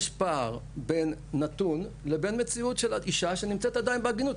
יש פער בין נתון לבין מציאות של אישה שנמצאת עדיין בעגינות.